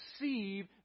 receive